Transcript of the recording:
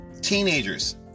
teenagers